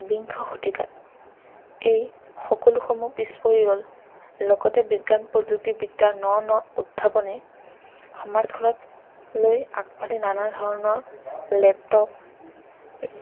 বিংশ শতিকাত এই সকলোসমূহ পিছ পৰি ৰ'ল লগতে বিজ্ঞান প্ৰযুক্তিবিদ্যাৰ ন ন উত্থানে সমাজখনলৈ আগফালে নানান ধৰণৰ লেপটপ